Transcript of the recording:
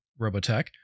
Robotech